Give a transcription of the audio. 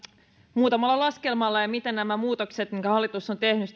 muutamalla laskelmalla ja sillä miten nämä muutokset mitkä hallitus on tehnyt